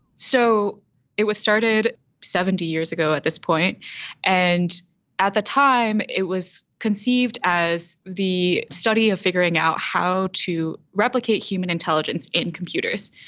so it was started seventy years ago at this point and at the time it was conceived as the study of figuring out how to replicate human intelligence in computers.